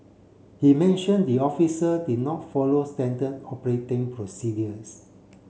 he mention the officer did not follow standard operating procedures